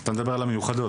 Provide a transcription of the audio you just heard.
אתה מדבר על המיוחדות.